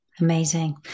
Amazing